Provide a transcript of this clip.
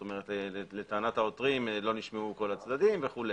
כלומר לטענת העותרים לא נשמעו כל הצדדים וכו',